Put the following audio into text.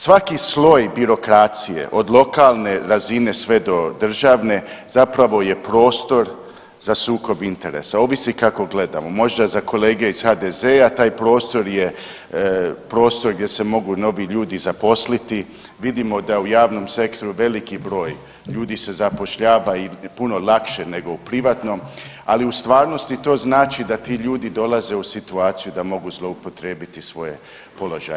Svaki sloj birokracije od lokalne razine sve do državne zapravo je prostor za sukob interesa, ovisi kako gledamo, možda za kolege iz HDZ-a taj prostor je prostor gdje se mogu novi ljudi zaposliti, vidimo da u javnom sektoru veliki broj ljudi se zapošljava i puno lakše nego u privatnom, ali u stvarnosti to znači da ti ljudi dolaze u situaciju da mogu zloupotrijebiti svoje položaje.